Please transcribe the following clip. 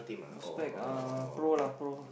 Uzbek uh pro lah pro lah